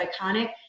iconic